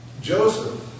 Joseph